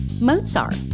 Mozart